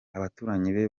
abaturanyi